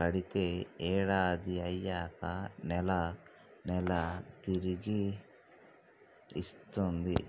కడితే ఏడాది అయ్యాక నెల నెలా తిరిగి ఇస్తాంది